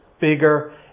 bigger